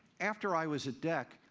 after i was at dec,